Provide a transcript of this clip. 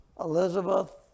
Elizabeth